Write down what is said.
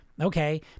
Okay